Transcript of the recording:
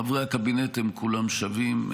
חברי הקבינט הם כולם שווים.